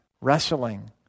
wrestling